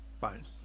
fine